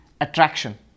attraction